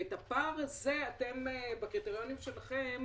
את הפער הזה אתם בקריטריונים שלכם,